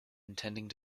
intending